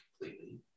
completely